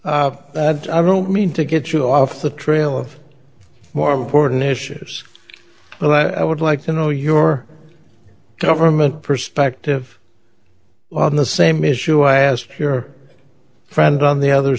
interject that i don't mean to get you off the trail of more important issues well i would like to know your government perspective on the same issue i asked your friend on the other